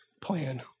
plan